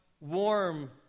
warm